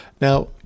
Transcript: Now